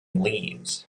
leaves